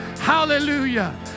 Hallelujah